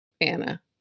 Anna